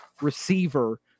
receiver